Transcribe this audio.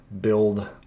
build